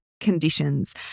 Conditions